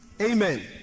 Amen